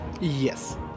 Yes